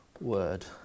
word